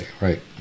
right